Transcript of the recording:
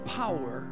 power